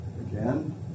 Again